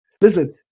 Listen